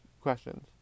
questions